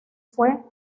fue